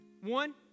One